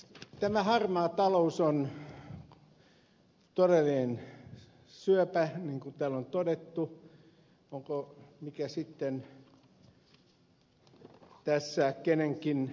tämä harmaa talous on todellinen syöpä niin kuin täällä on todettu mikä sitten sen vastustamisessa on kenenkin saavutus